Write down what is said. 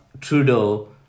Trudeau